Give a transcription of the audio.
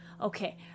Okay